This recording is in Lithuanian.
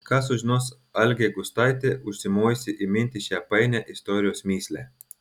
ką sužinos algė gustaitė užsimojusi įminti šią painią istorijos mįslę